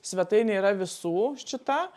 svetainė yra visų šita